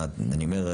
אני אומר,